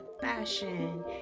fashion